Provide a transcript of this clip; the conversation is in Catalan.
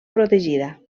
protegida